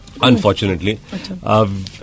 Unfortunately